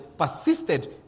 persisted